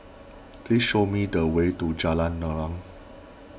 please show me the way to Jalan Naung